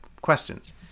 questions